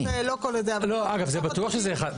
לא, ברור שזה אחת לתקופה.